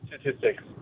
statistics